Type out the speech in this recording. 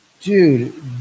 Dude